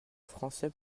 français